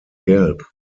gelb